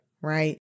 right